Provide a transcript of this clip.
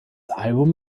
album